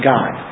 God